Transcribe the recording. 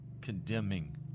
condemning